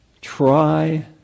Try